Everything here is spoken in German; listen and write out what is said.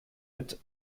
mit